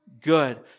good